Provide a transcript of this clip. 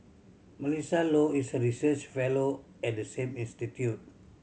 Melissa Low is a research fellow at the same institute